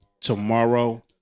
tomorrow